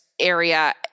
area